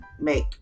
make